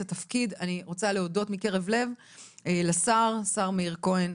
התפקיד." אני רוצה להודות מקרב לב לשר מאיר כהן,